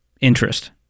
interest